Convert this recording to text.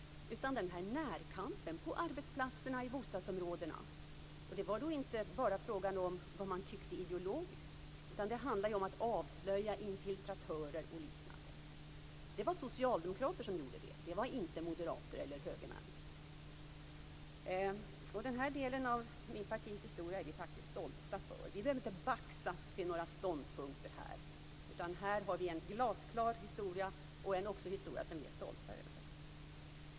Det handlar också om den här närkampen på arbetsplatserna och i bostadsområdena. Det var då inte bara fråga om vad man tyckte ideologiskt. Det handlade om att avslöja infiltratörer och liknande. Det var socialdemokrater som gjorde det. Det var inte moderater eller högermän. Den här delen av mitt partis historia är vi faktiskt stolta för. Vi behöver inte baxas till några ståndpunkter. Här har vi en glasklar historia och en historia som vi också är stolta över.